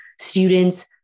students